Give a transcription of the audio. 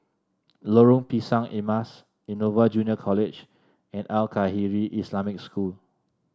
Lorong Pisang Emas Innova Junior College and Al Khairiah Islamic School